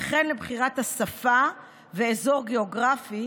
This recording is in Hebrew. וכמו כן בחירת השפה ואזור גיאוגרפי,